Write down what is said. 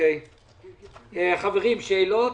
יש שאלות?